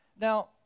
Now